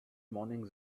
morning